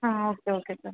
ಹಾಂ okay okay sir